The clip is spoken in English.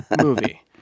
movie